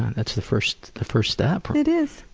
that's the first the first step. it is.